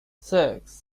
six